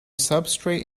substrate